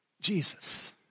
Jesus